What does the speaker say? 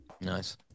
Nice